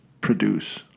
produce